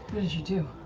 you do?